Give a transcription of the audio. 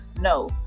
no